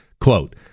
quote